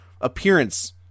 appearance